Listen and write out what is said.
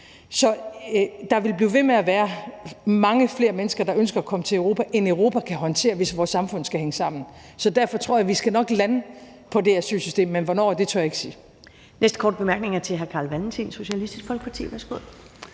Så der vil blive ved med at være mange flere mennesker, der ønsker at komme til Europa, end Europa kan håndtere, hvis vores samfund skal hænge sammen. Derfor tror jeg, at vi nok skal lande på det asylsystem, men hvornår tør jeg ikke sige.